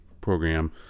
program